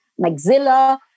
maxilla